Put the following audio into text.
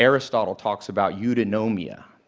aristotle talks about eudaimonia,